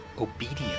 obedience